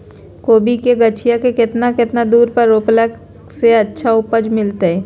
कोबी के गाछी के कितना कितना दूरी पर रोपला से अच्छा उपज मिलतैय?